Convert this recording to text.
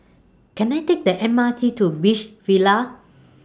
Can I Take The M R T to Beach Villas